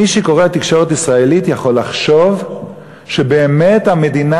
מי שקורא תקשורת ישראלית יכול לחשוב שבאמת המדינה